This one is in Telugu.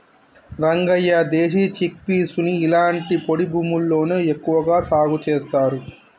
రంగయ్య దేశీ చిక్పీసుని ఇలాంటి పొడి భూముల్లోనే ఎక్కువగా సాగు చేస్తారు